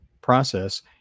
process